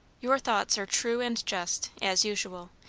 your thoughts are true and just, as usual.